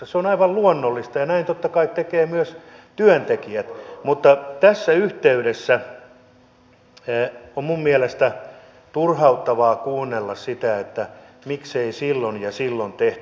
se on aivan luonnollista ja näin totta kai tekevät myös työntekijät mutta tässä yhteydessä on minun mielestäni turhauttavaa kuunnella sitä että miksei silloin ja silloin tehty